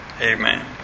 Amen